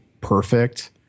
perfect